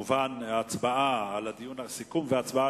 הצעות סיכום והצבעה